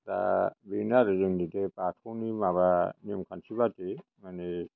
दा बेनो आरो जोंनि बे बाथौनि माबा नेम खान्थि बादियै माने